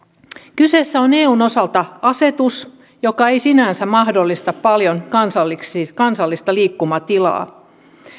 kyseessä on eun osalta asetus joka ei sinänsä mahdollista paljon kansallista liikkumatilaa